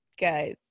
Guys